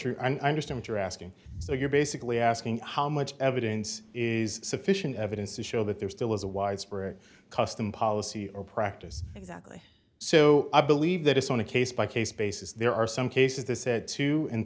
d i understand you're asking so you're basically asking how much evidence is sufficient evidence to show that there still is a widespread custom policy or practice exactly so i believe that it's on a case by case basis there are some cases this said too